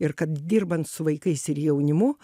ir kad dirbant su vaikais ir jaunimu